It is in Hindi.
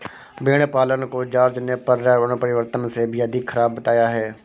भेड़ पालन को जॉर्ज ने पर्यावरण परिवर्तन से भी अधिक खराब बताया है